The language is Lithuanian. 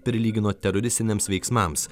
prilygino teroristiniams veiksmams